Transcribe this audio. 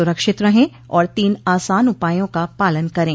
सुरक्षित रहें और तीन आसान उपायों का पालन करें